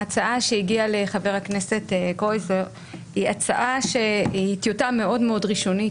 ההצעה שהגיעה מחבר הכנסת קרויזר היא טיוטה מאוד מאוד ראשונית,